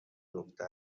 گفته